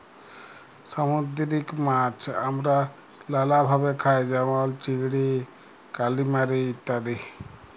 সামুদ্দিরিক মাছ আমরা লালাভাবে খাই যেমল চিংড়ি, কালিমারি ইত্যাদি